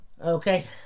Okay